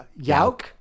Yauk